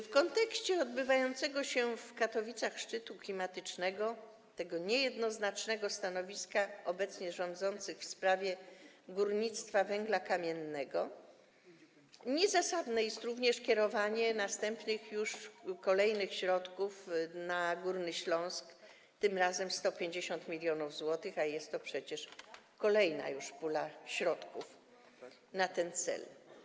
W kontekście odbywającego się w Katowicach szczytu klimatycznego i tego niejednoznacznego stanowiska obecnie rządzących w sprawie górnictwa węgla kamiennego niezasadne jest również kierowanie następnych środków na Górny Śląsk, tym razem 150 mln zł, przy czym jest to przecież kolejna już pula środków na ten cel.